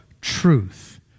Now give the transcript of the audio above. truth